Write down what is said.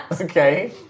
Okay